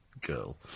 girl